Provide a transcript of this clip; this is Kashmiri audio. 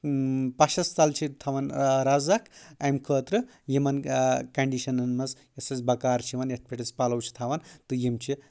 پَشس تل چھِ تھاوان رز اکھ اَمہِ خٲطرٕ یِمن کنڈِشنن منٛز یۄس اَسہِ بکار چھِ یِوان یتھ پؠٹھ أسۍ پلو چھِ تھاوان تہٕ یِم چھِ